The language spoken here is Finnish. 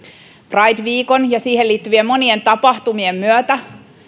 pride viikon ja siihen liittyvien monien tapahtumien myötä